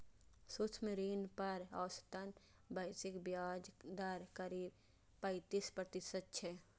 सूक्ष्म ऋण पर औसतन वैश्विक ब्याज दर करीब पैंतीस प्रतिशत छै